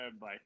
bye